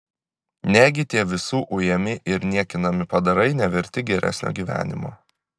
negi tie visų ujami ir niekinami padarai neverti geresnio gyvenimo